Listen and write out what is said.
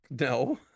no